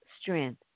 strength